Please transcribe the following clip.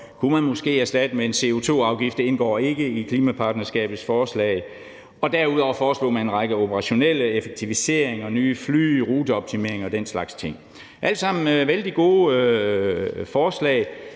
kunne man måske erstatte med en CO2-afgift. Det indgår ikke i klimapartnerskabets forslag. Derudover foreslog man en række operationelle effektiviseringer – nye fly, ruteoptimeringer og den slags ting. Det var alt sammen vældig gode forslag.